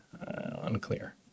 unclear